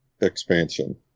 expansion